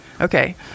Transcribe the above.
Okay